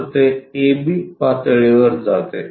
तर ते ab पातळीवर जाते